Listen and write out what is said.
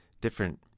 different